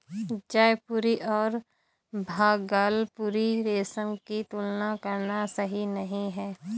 जयपुरी और भागलपुरी रेशम की तुलना करना सही नही है